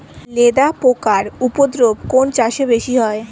লেদা পোকার উপদ্রব কোন চাষে বেশি হয়?